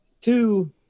Two